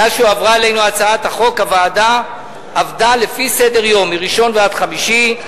מאז שהועברה אלינו הצעת החוק הוועדה עבדה לפי סדר-יום מראשון עד חמישי.